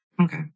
Okay